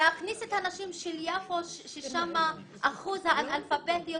להכניס את הנשים של יפו ששם אחוז האנאלפביתיות